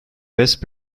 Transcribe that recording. best